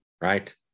right